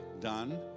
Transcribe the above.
done